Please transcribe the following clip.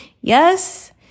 Yes